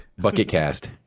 Bucketcast